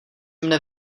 mne